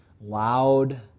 Loud